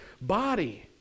body